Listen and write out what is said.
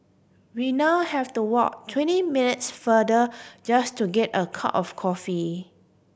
we now have to walk twenty minutes farther just to get a cup of coffee